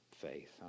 faith